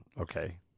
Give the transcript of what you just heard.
okay